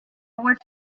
what